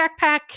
backpack